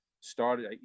started